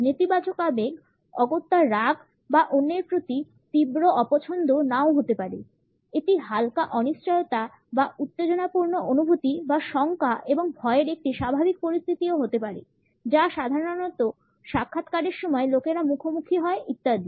নেতিবাচক আবেগ অগত্যা রাগ বা অন্যের প্রতি তীব্র অপছন্দ নাও হতে পারে এটি হালকা অনিশ্চয়তা বা উত্তেজনাপূর্ণ অনুভূতি বা শঙ্কা এবং ভয়ের একটি স্বাভাবিক পরিস্থিতিও হতে পারে যা সাধারনত সাক্ষাৎকারের সময় লোকেরা মুখোমুখি হয় ইত্যাদি